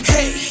Hey